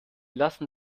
lassen